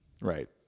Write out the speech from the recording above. Right